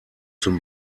zum